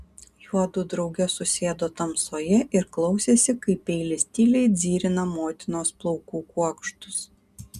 juodu drauge susėdo tamsoje ir klausėsi kaip peilis tyliai dzirina motinos plaukų kuokštus